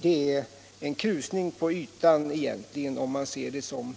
Det är egentligen en krusning på ytan, om man ser det som